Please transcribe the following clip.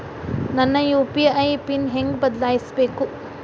ನನ್ನ UPI PIN ಹೆಂಗ್ ಬದ್ಲಾಯಿಸ್ಬೇಕು?